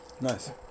Nice